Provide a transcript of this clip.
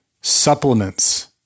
supplements